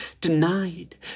denied